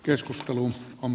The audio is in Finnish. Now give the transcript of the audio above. keskustelu on